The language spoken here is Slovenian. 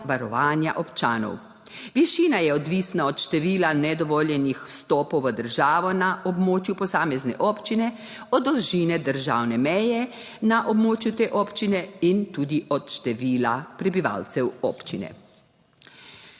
občanov, višina je odvisna od števila nedovoljenih vstopov v državo na območju posamezne občine, od dolžine državne meje na območju te občine in tudi od števila prebivalcev občine.